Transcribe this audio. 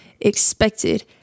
expected